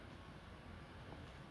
my favourite is